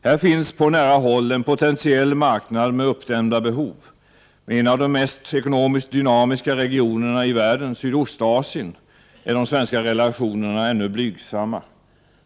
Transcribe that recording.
Här finns, på nära håll, en potentiell marknad med uppdämda behov. Med en av de mest ekonomiskt dynamiska regionerna i världen, Sydostasien, är de svenska relationerna ännu blygsamma,